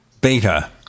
beta